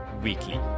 weekly